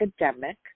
academic